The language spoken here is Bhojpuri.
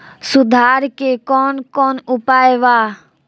सुधार के कौन कौन उपाय वा?